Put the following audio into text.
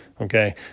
Okay